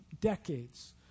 decades